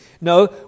No